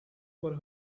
for